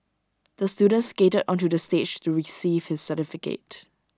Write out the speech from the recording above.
the student skated onto the stage to receive his certificate